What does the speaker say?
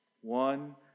One